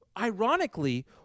ironically